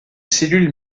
cellules